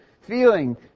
feeling